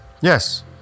Yes